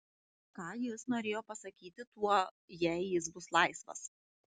ką jis norėjo pasakyti tuo jei jis bus laisvas